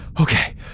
Okay